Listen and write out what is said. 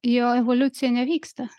jo evoliucija nevyksta